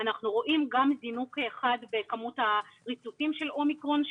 אנחנו רואים זינוק חד בכמות הריצופים של אומיקרון,